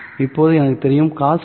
இப்போது எனக்கு தெரியும் cos π 2